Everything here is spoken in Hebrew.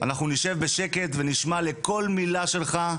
אנחנו נשב בשקט ונשמע כל מילה שלך,